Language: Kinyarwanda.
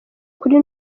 kuri